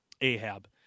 Ahab